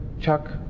chuck